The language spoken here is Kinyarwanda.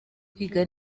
kwiga